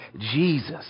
Jesus